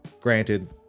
Granted